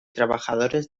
trabajadores